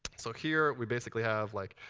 so here we basically have, like,